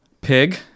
pig